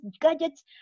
gadgets